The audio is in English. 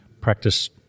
practice